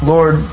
Lord